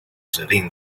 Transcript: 指令